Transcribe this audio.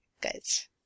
guys